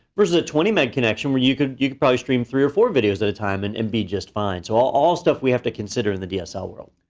versus a twenty meg connection where you could probably stream three or four videos at a time and and be just fine. so all all stuff we have to consider in the dsl world.